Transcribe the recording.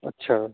अच्छा